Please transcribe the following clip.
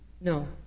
No